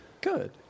Good